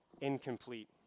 incomplete